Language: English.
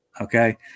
Okay